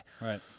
Right